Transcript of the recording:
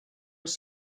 was